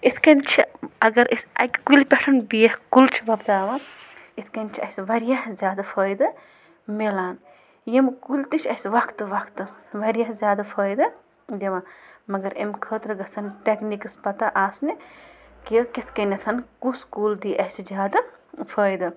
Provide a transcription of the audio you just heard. اِتھ کٔنۍ چھِ اَگر أسۍ اَکہِ کُلہِ پٮ۪ٹھ بیکھ کُل چھِ وۄپداوان اِتھ کٔنۍ چھِ اَسہِ واریاہ زیادٕ فٲیدٕ مِلان یِم کُل تہِ چھِ اَسہِ وقتہٕ وقتہٕ واریاہ زیادٕ فٲیدٕ دِوان مگر امۍ خٲطرٕ گژھَن ٹٮ۪کنیٖکٕس پَتَہ آسنہِ کہِ کِتھ کٲنٮ۪تھ کُس کُل دی اَسہِ زیادٕ فٲیدٕ